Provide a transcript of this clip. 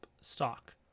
stock